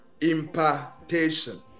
impartation